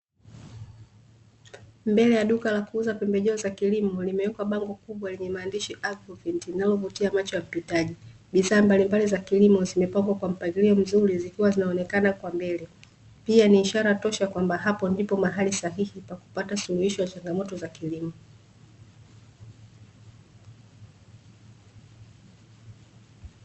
Mbele ya duka kuzaa la pembejeo za kilimo, lime wekwa bango kubwa lenye maandishi "agrovet" linalovutia macho ya mpitaji. Bidhaa mbalimbali za kilimo zime pambwa kwa mpangilio mzuri zikiwa zinaonekana kwa mbele, pia ni ishara tosha kwamba hapo ndipo mahali sahihi kwa kupata suluhisho ya changamotoa za kilimo.